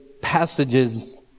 passages